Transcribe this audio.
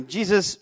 Jesus